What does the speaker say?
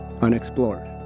unexplored